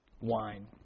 wine